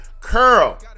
curl